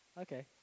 okay